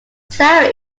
sarah